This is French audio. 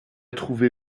trouvé